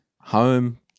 home